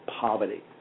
poverty